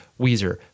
Weezer